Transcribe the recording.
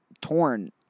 torn